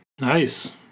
nice